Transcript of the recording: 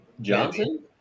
Johnson